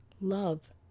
Love